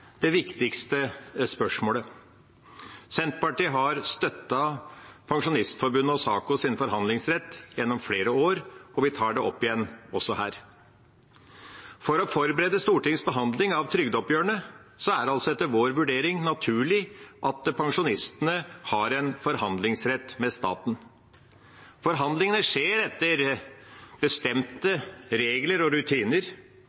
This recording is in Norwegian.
det viktigste spørsmålet. Senterpartiet har støttet Pensjonistforbundets og SAKOs forhandlingsrett gjennom flere år, og vi tar det opp igjen her. For å forberede Stortingets behandling av trygdeoppgjørene er det etter vår vurdering naturlig at pensjonistene har en forhandlingsrett med staten. Forhandlinger skjer etter